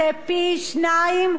זה פי-שניים,